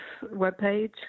webpage